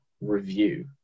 review